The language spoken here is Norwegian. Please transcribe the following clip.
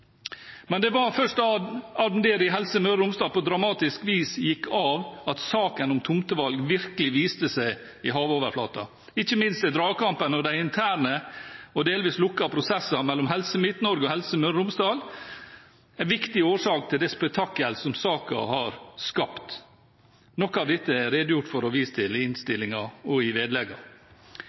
Men det var først da administrerende direktør i Helse Møre og Romsdal på dramatisk vis gikk av, at saken om tomtevalg virkelig viste seg i havoverflaten. Ikke minst er dragkampen og de interne og delvis lukkede prosesser mellom Helse Midt-Norge og Helse Møre og Romsdal en viktig årsak til det spetakkelet som saken har skapt. Noe av dette er redegjort for og vist til i innstillingen og i